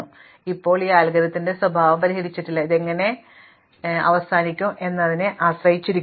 അതിനാൽ ഇപ്പോൾ ഈ അൽഗോരിത്തിന്റെ സ്വഭാവം പരിഹരിച്ചിട്ടില്ല ഇത് എങ്ങനെ മരിക്കും എന്നതിനെ ആശ്രയിച്ചിരിക്കുന്നു